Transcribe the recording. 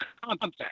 contact